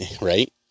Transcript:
right